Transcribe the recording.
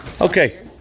Okay